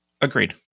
Agreed